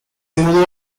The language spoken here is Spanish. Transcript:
mudó